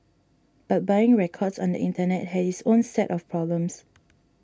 but buying records on the Internet has its own set of problems